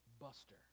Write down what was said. buster